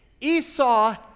Esau